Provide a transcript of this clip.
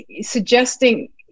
suggesting